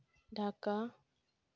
Dhaka